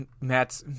Matt